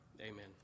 Amen